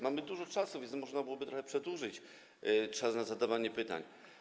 Mamy dużo czasu, więc można byłoby trochę przedłużyć czas na zadawanie pytań.